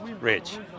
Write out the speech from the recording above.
Rich